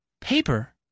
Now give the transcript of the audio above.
Paper